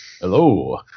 hello